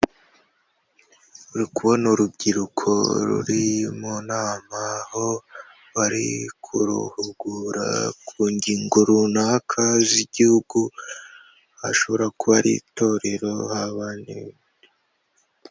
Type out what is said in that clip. Uri kubona urubyiruko ruri mu nama, aho bari kuruhugura ku ngingo runaka z'igihugu hashobora kuba ari itorero habaye.